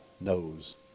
knows